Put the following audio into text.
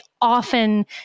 often